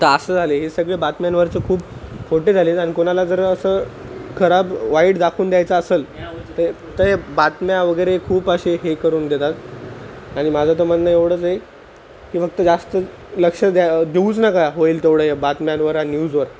तर असं झाले हे सगळे बातम्यांवरचं खूप खोटे झाले आहेत आणि कोणाला जर असं खराब वाईट दाखवून द्यायचं असेल तर ते बातम्या वगैरे खूप असे हे करून देतात आणि माझं तर म्हणणं एवढंच आहे की फक्त जास्त लक्ष द्या देऊच नका होईल तेवढ्या या बातम्यांवर आणि न्यूजवर